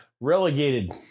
Relegated